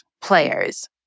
players